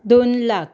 दोन लाख